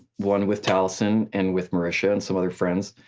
one with taliesin, and with marisha and some other friends,